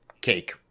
cake